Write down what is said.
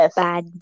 bad